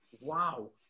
wow